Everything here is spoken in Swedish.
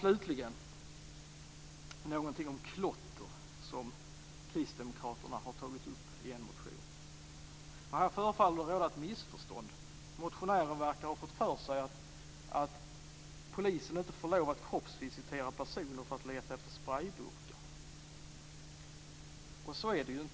Slutligen någonting om klotter, som kristdemokraterna har tagit upp i en motion. Här förefaller det råda ett missförstånd. Motionären verkar ha fått för sig att polisen inte får lov att kroppsvisitera personer för att leta efter sprejburkar. Och så är det ju inte.